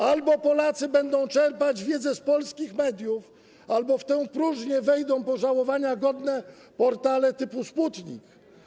Albo Polacy będą czerpać wiedzę z polskich mediów, albo w tę próżnię wejdą pożałowania godne portale typu Sputnik.